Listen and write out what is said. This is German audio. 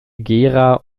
gera